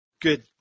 Good